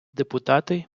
депутати